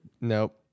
nope